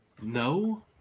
No